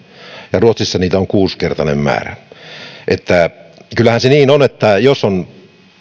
ja ruotsissa niitä on kuusinkertainen määrä eli kyllähän se niin on että jos on